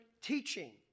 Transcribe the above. teaching